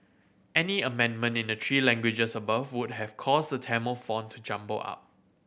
any amendment in the three languages above would have caused the Tamil font to jumble up